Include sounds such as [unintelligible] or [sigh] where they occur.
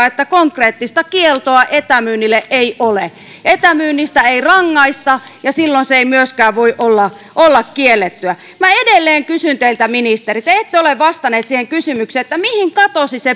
[unintelligible] että konkreettista kieltoa etämyynnille ei ole etämyynnistä ei rangaista ja silloin se ei myöskään voi olla olla kiellettyä minä edelleen kysyn teiltä ministeri kun te ette ole vastannut siihen kysymykseen mihin katosi se [unintelligible]